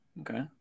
Okay